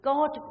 God